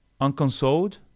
unconsoled